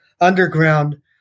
underground